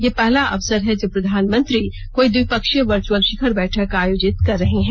यह पहला अवसर है जब प्रधानमंत्री कोई द्विपक्षीय वर्चुअल शिखर बैठक आयोजित कर रहे हैं